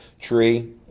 tree